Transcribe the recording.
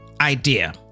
idea